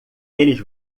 eles